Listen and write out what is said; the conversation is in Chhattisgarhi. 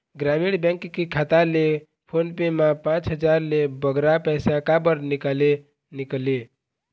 ग्रामीण बैंक के खाता ले फोन पे मा पांच हजार ले बगरा पैसा काबर निकाले निकले?